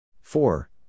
four